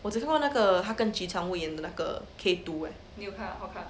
我只看过那个他跟 ji chang won 演的那个 K two leh